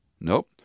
Nope